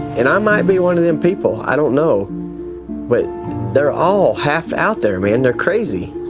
and i might be one of them people. i don't know what they're all half out there. man, they're crazy